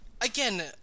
Again